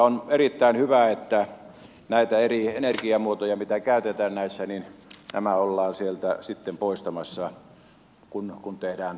on erittäin hyvä että näitä eri energiamuotoja mitä käytetään näissä ollaan sieltä sitten poistamassa kun tehdään